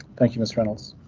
thank you. miss reynolds.